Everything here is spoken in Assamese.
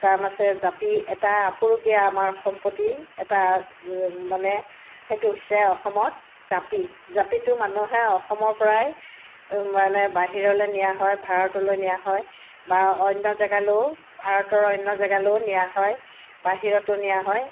কাম আছে জাপি এটা আপুৰুগীয়া আমাৰ সম্পত্তি এটা মানে সেইটো হৈছে অসমত জাপি জাপিটো মানুহে অসমৰ পৰাই মানে বাহিৰলৈ নিয়া হয় ভাৰতলৈ নিয়া হয় বা অন্য জেগালেও ভাৰতৰ অন্য জেগালেও নিয়া হয় বাহিৰতো নিয়া হয়